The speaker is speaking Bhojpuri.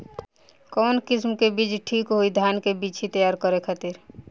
कवन किस्म के बीज ठीक होई धान के बिछी तैयार करे खातिर?